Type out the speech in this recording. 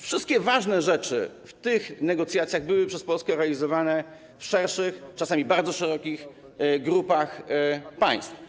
Wszystkie ważne rzeczy w tych negocjacjach były przez Polskę realizowane w szerszych, czasami bardzo szerokich grupach państw.